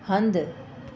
हंधु